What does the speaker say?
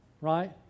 Right